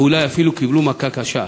ואולי אפילו קיבלו מכה קשה.